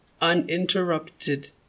uninterrupted